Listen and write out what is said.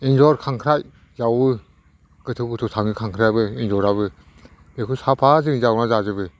एन्जर खांख्राय जावो गोथौ गोथौ थाङो खांख्रायाबो एन्जराबो बेखौ साफा जों जावनानै जाजोबो